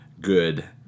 good